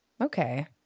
Okay